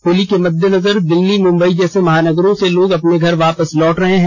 होली के मददेनजर दिल्ली मुंबई जैसे महानगरों से लोग अपने घर वापस लौट रहे है